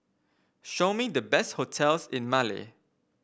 show me the best hotels in Male